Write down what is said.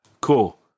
cool